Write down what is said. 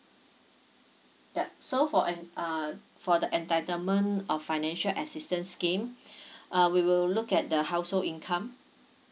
yup so for and uh for the entitlement of financial assistance scheme uh we will look at the household income